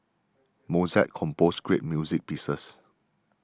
Mozart composed great music pieces